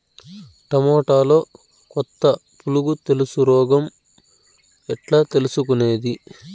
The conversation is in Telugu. టమోటాలో కొత్త పులుగు తెలుసు రోగం ఎట్లా తెలుసుకునేది?